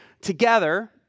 together